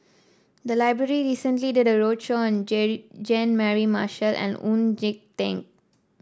the library recently did a roadshow on Jean Mary Marshall and Oon